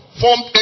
formed